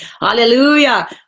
Hallelujah